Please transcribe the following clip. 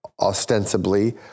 ostensibly